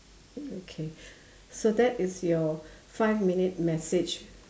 okay so that is your five minute message